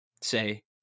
say